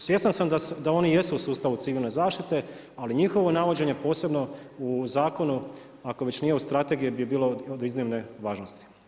Svjestan sam da oni jesu u sustavu civilne zaštite, ali njihovo navođenje, posebno u zakonu, ako već nije u strategiji bi bilo od iznimne važne.